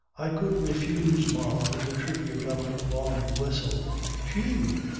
i couldn't refuse marlow the tribute of a prolonged whistle phew!